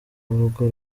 urwo